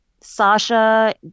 Sasha